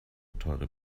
teure